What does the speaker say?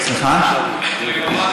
רבבה זה נקרא יישוב?